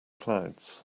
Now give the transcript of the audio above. clouds